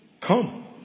Come